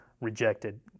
rejected